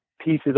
pieces